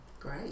Great